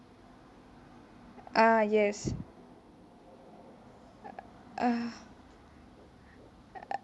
ah yes